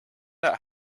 out